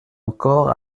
encore